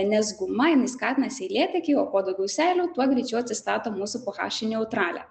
nes guma jinai skatina seilėtekį o kuo daugiau seilių tuo greičiau atsistato mūsų ph į neutralią